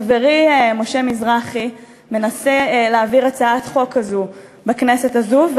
חברי משה מזרחי מנסה להעביר הצעת חוק כזאת בכנסת הזאת,